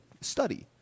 study